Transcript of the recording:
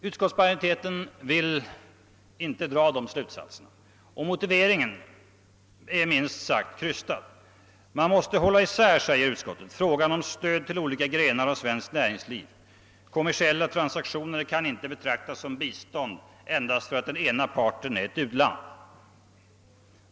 Utskottsmajoriteten vill inte dra dessa slutsatser, och motiveringen därtill är minst sagt ganska krystad. Man måste hålla isär, säger utskottet, frågan om bistånd och stöd till olika grenar av svenskt näringsliv. Kommersiella transaktioner kan inte betraktas som bistånd endast för att den ena parten är ett uland.